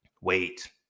Wait